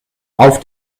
auf